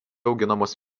auginamos